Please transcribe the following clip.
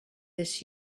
this